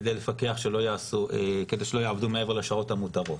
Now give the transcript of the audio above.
כדי לפקח שלא יעבדו מעבר לשעות המותרות.